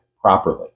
properly